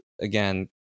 Again